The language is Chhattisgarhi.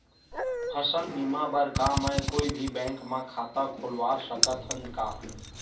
फसल बीमा बर का मैं कोई भी बैंक म खाता खोलवा सकथन का?